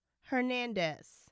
hernandez